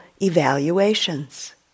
evaluations